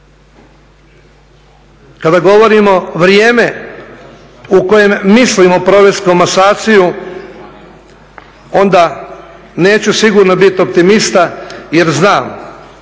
Kada govorimo vrijeme u kojem mislimo provesti komasaciju onda neću sigurno biti optimista jer znam,